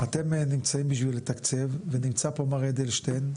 אתם נמצאים בשביל לתקצב ונמצא פה מר אדלשטיין,